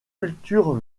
cultures